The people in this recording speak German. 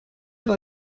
war